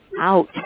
out